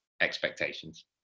expectations